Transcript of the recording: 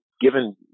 given